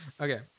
Okay